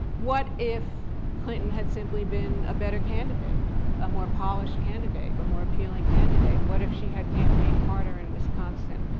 what if clinton had simply been a better candidate, a more polished candidate, a but more appealing candidate? what if she had campaigned harder in wisconsin?